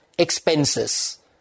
Expenses